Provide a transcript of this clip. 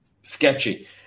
sketchy